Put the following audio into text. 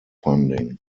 funding